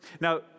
Now